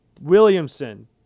Williamson